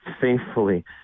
faithfully